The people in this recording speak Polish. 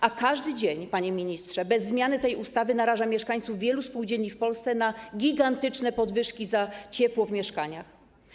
A każdy dzień, panie ministrze, bez zmiany tej ustawy naraża mieszkańców wielu spółdzielni w Polsce na gigantyczne podwyżki cen ciepła w mieszkaniach.